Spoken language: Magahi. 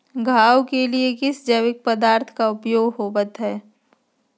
धान के लिए किस जैविक पदार्थ का उपयोग होवत है?